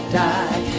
die